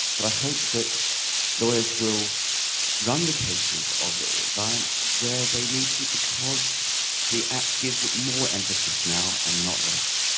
but i hope that lawyers will run the cases of violence where they need to, because the act gives it more emphasis now and not less.